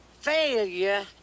failure